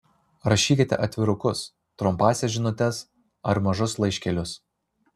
rašykite atvirukus trumpąsias žinutes ar mažus laiškelius